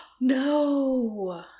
No